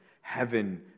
Heaven